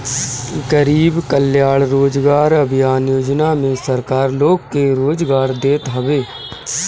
गरीब कल्याण रोजगार अभियान योजना में सरकार लोग के रोजगार देत हवे